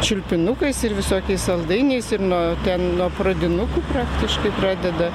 čiulpinukais ir visokiais saldainiais ir no ten nuo pradinukų praktiškai pradeda